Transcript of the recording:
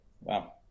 wow